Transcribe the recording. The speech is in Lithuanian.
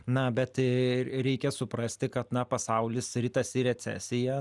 na bet reikia suprasti kad na pasaulis ritasi į recesiją